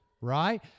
Right